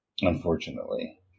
Unfortunately